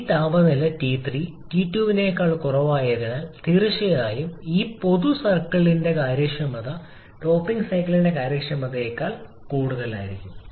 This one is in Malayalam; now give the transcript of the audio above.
ഈ താപനില T3 T2 നേക്കാൾ കുറവായതിനാൽ തീർച്ചയായും ഈ പൊതു സർക്കിളിന്റെ കാര്യക്ഷമത ടോപ്പിംഗ് സൈക്കിളിന്റെ കാര്യക്ഷമതയേക്കാൾ കൂടുതലായിരിക്കും